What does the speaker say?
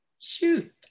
Shoot